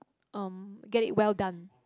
um get it well done